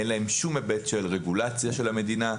אין להם שום היבט של רגולציה של המדינה,